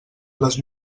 les